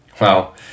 Wow